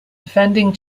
defending